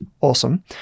awesome